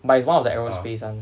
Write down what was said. but is one of the aerospace [one]